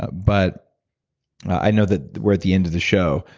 ah but i know that we're at the end of the show.